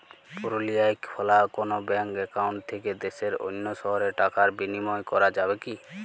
পুরুলিয়ায় খোলা কোনো ব্যাঙ্ক অ্যাকাউন্ট থেকে দেশের অন্য শহরে টাকার বিনিময় করা যাবে কি?